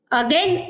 again